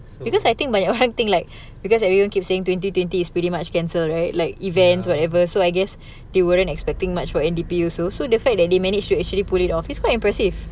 ya